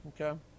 okay